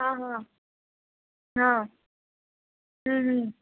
ہاں ہاں ہاں ہوں ہوں